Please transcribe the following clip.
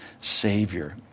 Savior